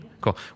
Cool